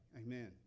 amen